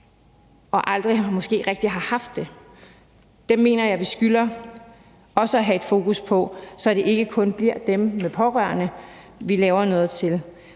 aldrig rigtig har haft det. Dem mener jeg vi skylder også at have et fokus på, så det ikke kun bliver dem med pårørende, vi laver noget til.